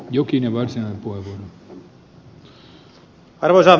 arvoisa herra puhemies